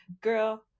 girl